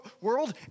world